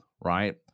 right